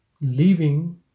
leaving